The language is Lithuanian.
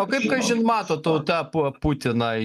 o kaip kažin mato tauta pu putiną